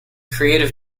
creative